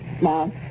Mom